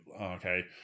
Okay